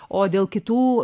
o dėl kitų